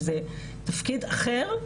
שזה תפקיד אחר,